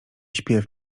śpiew